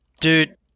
Dude